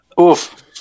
Oof